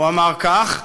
הוא אמר כך: